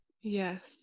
Yes